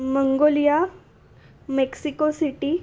Mongolia Mexico city